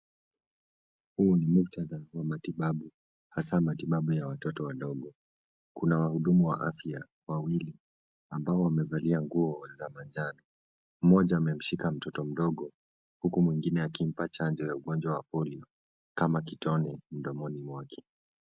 Huu ni mukhtada wa matibabu, hasa matibabu ya watoto wadogo. Kuna wahudumu wa afya wawili ambao wamevalia nguo za manjano. Mmoja amemshika mtoto mdogo huku mwingine akimpa chanjo ya ugonjwa wa polio kama kitone mdomoni mwake.